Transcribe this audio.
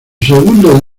segundo